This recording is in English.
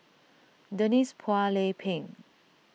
Denise Phua Lay Peng